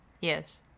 Yes